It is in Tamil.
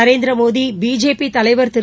நரேந்திரமோடி பிஜேபிதலைவர் திரு